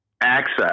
access